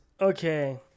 okay